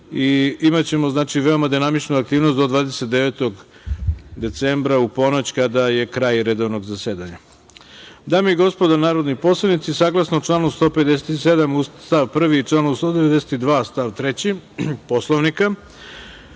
imaćemo veoma dinamičnu aktivnost do 29. decembra u ponoć, kada je kraj redovnog zasedanja. Dame i gospodo narodni poslanici, saglasno članu 157. stav 1. i članu 192. stav 3. Poslovnika,